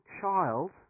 child